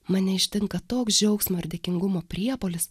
mane ištinka toks džiaugsmo ir dėkingumo priepuolis